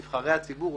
נבחרי הציבור,